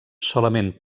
solament